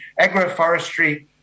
agroforestry